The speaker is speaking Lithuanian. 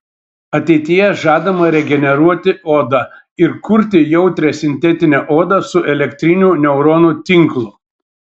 ateityje žadama regeneruoti odą ir kurti jautrią sintetinę odą su elektriniu neuronų tinklu